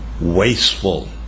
wasteful